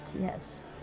Yes